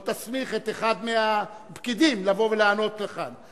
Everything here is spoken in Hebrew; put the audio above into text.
או תסמיך את אחד הפקידים לבוא ולענות לכאן.